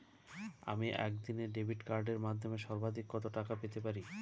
আমি একদিনে ডেবিট কার্ডের মাধ্যমে সর্বাধিক কত টাকা পেতে পারি?